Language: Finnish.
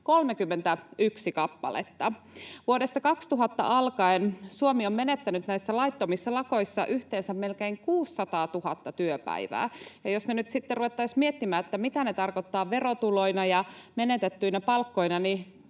31 kappaletta. Vuodesta 2000 alkaen Suomi on menettänyt näissä laittomissa lakoissa yhteensä melkein 600 000 työpäivää. Ja jos me nyt sitten ruvettaisiin miettimään, mitä ne tarkoittavat verotuloina ja menetettyinä palkkoina,